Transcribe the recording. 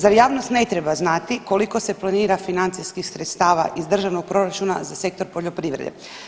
Zar javnost ne treba znati koliko se planira financijskih sredstava iz državnog proračuna za sektor poljoprivrede?